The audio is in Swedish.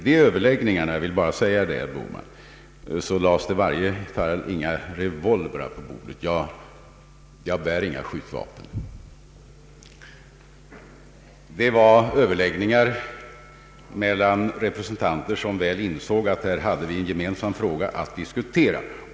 Men jag vill framhålla för herr Bohman att det inte lades några revolvrar på bordet vid de överläggningar vi förde med apotekarna — jag bär inga skjutvapen. Det var överläggningar där de olika representanterna insåg att vi hade en gemensam fråga att diskutera.